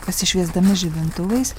pasišviesdami žibintuvais